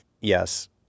yes